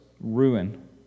ruin